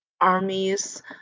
armies